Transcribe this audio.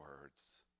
words